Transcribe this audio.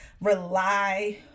rely